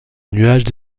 nuages